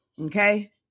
okay